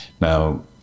Now